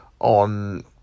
on